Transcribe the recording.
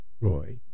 Roy